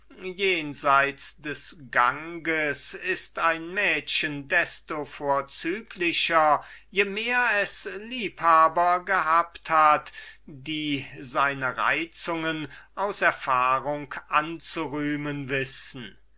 jenseits des ganges wohnen ist ein mädchen desto vorzüglicher je mehr es liebhaber gehabt hat die seine reizungen aus erfahrung anzurühmen wissen